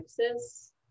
Texas